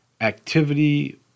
activity